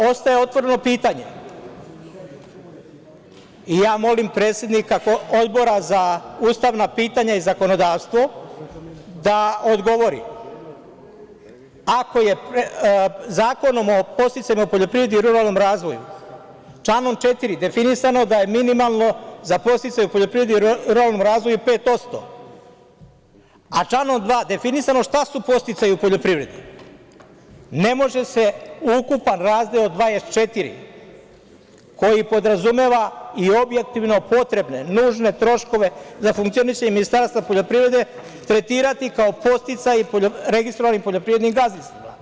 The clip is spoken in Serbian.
Najzad, ostaje otvoreno pitanje i ja molim predsednika Odbora za ustavna pitanja i zakonodavstvo da odgovori ako je Zakonom o podsticajima u poljoprivredi i ruralnom razvoju, članom 4. definisano da je minimalno za podsticaje u poljoprivredi i ruralnom razvoju 5%, a članom 2. definisano šta su podsticaji u poljoprivredi, ne može se ukupan Razdeo 24. koji podrazumeva i objektivno potrebne nužne troškove za funkcionisanje Ministarstva poljoprivrede tretirati kao podsticaj registrovanih poljoprivrednih gazdinstava.